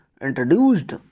introduced